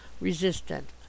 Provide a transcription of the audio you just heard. resistant